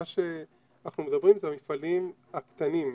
מה שאנחנו מדברים זה המפעלים הקטנים.